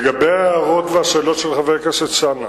לגבי ההערות והשאלות של חבר הכנסת אלסאנע,